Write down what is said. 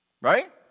right